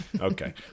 Okay